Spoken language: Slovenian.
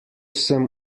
sem